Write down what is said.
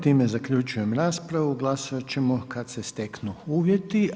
Time zaključujem raspravu, glasovati ćemo kada se steknu uvjeti.